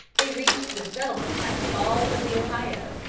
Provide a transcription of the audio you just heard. they reached the settlement at the falls of the ohio,